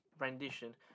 rendition